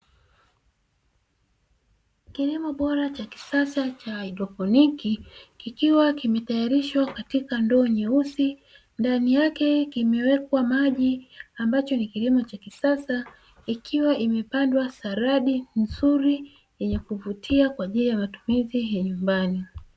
Kilimo bora cha kisasa cha hydroponi kikiwa kimetayarishwa katika ndoo nyeusi, ndani yake kimewekwa maji ambacho ni kilimo cha kisasa ikiwa imepandwa saladi nzuri yenye kuvutia kwa ajili ya matumizi ya nyumbani.